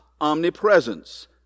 omnipresence